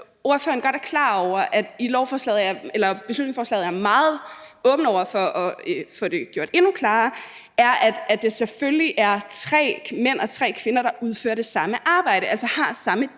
ordføreren godt er klar over, at vi i beslutningsforslaget er meget åbne over for at få det gjort endnu klarere, at det selvfølgelig er tre mænd og tre kvinder, der udfører det samme arbejde, altså har samme